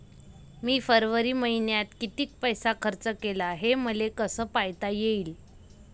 मी फरवरी मईन्यात कितीक पैसा खर्च केला, हे मले कसे पायता येईल?